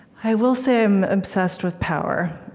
i will say, i'm obsessed with power,